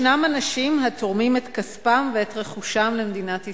ישנם אנשים התורמים את כספם ואת רכושם למדינת ישראל,